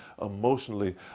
emotionally